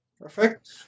Perfect